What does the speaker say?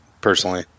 personally